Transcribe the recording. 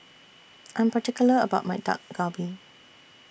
I Am particular about My Dak Galbi